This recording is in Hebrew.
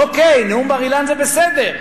אוקיי, נאום בר-אילן זה בסדר,